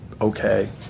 okay